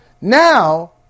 Now